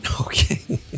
Okay